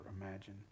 imagine